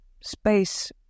space